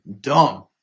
dumb